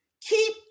Keep